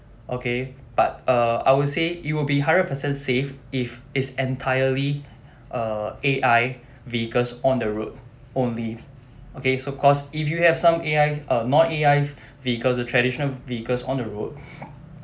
okay but err I would say it will be hundred percent safe if it's entirely uh A_I vehicles on the road only okay so cause if you have some A_I uh not A_I vehicles the traditional vehicles on the road